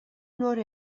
nord